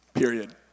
period